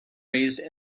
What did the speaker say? raised